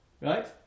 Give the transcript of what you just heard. right